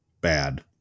bad